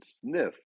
sniff